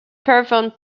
performed